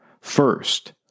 First